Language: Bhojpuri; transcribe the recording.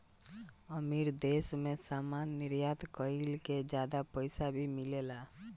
अमीर देश मे सामान निर्यात कईला से ज्यादा पईसा भी मिलेला